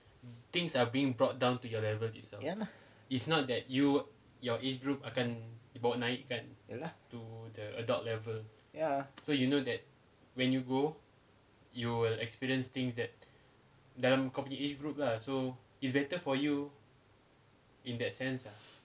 ya lah ya lah ya